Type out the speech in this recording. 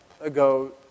ago